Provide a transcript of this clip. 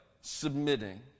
submitting